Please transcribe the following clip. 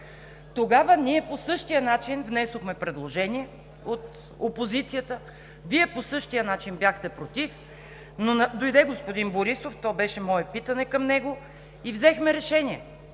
Тогава ние по същия начин внесохме предложение от опозицията, Вие по същия начин бяхте против, но дойде господин Борисов, то беше мое питане към него, и взехме решение.